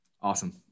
Awesome